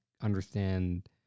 understand